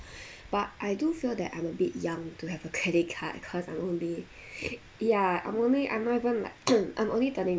but I do feel that I'm a bit young to have a credit card cause I'm only yeah I'm only I'm not even like I'm only turning